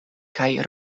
kaj